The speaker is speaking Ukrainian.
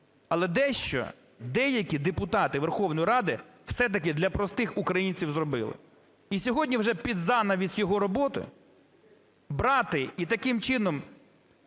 але дещо деякі депутати Верховної Ради все-таки для простих українців зробили. І сьогодні вже, під занавес його роботи, брати і таким чином